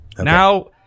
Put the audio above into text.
Now